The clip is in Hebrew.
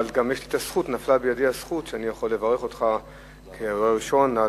אבל גם נפלה בידי הזכות שאני יכול לברך אותך ראשון על